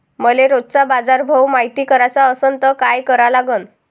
मले रोजचा बाजारभव मायती कराचा असन त काय करा लागन?